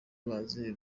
bazi